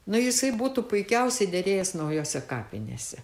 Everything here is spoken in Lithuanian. nu jisai būtų puikiausiai derėjęs naujose kapinėse